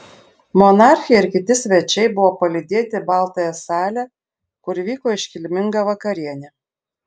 monarchė ir kiti svečiai buvo palydėti į baltąją salę kur vyko iškilminga vakarienė